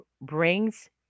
brings